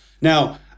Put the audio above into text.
Now